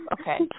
Okay